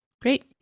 Great